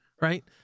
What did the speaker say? right